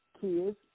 kids